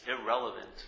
irrelevant